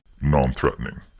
non-threatening